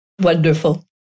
Wonderful